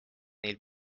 neil